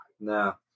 No